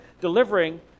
delivering